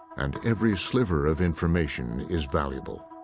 and every sliver of information is valuable.